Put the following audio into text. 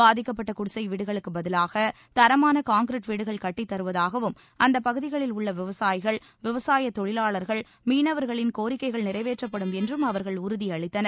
பாதிக்கப்பட்ட குடிசை வீடுகளுக்குப் பதிவாக தரமான கான்கிரீட் வீடுகள் கட்டித் தருவதாகவும் அந்தப் பகுதிகளில் உள்ள விவசாயிகள் விவசாயத் தொழிலாளர்கள் மீனவர்களின் கோரிக்கைள் நிறைவேற்றப்படும் என்றும் அவர்கள் உறுதியளித்தனர்